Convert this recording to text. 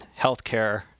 healthcare